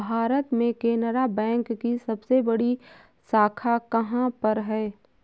भारत में केनरा बैंक की सबसे बड़ी शाखा कहाँ पर है?